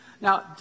Now